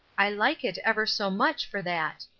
i like it ever so much for that.